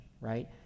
right